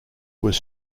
was